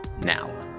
now